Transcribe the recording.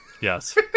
Yes